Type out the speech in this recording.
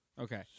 Okay